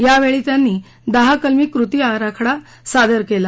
यावेळी त्यांनी दहा कलमी कृती आराखडा सादर केला